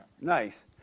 Nice